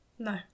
No